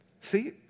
See